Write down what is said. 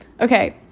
Okay